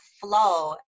flow